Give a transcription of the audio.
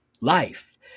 life